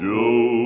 Joe